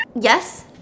Yes